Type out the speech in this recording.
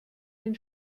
den